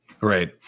Right